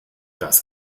das